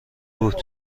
بود